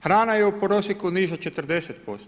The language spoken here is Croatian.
Hrana je u prosjeku niža 40%